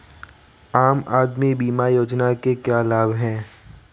आम आदमी बीमा योजना के क्या लाभ हैं?